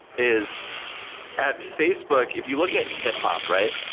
is at facebook, if you look at hip-hop, right?